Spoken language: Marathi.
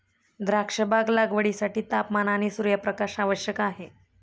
द्राक्षबाग लागवडीसाठी तापमान आणि सूर्यप्रकाश आवश्यक आहे